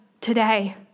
today